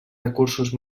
recursos